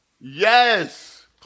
Yes